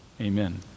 Amen